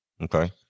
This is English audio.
Okay